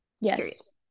yes